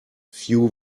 few